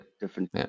different